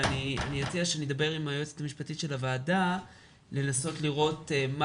ואני מציע שנדבר עם היועצת המשפטית של הוועדה לנסות לראות מה